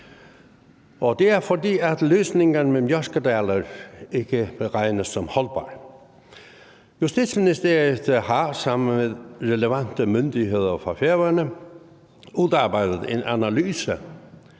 og det er, fordi løsningen med Mjørkadalur ikke beregnes som værende holdbar. Justitsministeriet har sammen med relevante myndigheder fra Færøerne udarbejdet en analyse